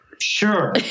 Sure